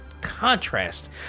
contrast